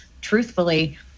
truthfully